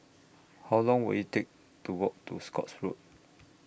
How Long Will IT Take to Walk to Scotts Road